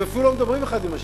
הם אפילו לא מדברים אחד עם השני.